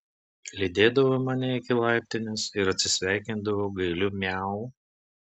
lydėdavo mane iki laiptinės ir atsisveikindavo gailiu miau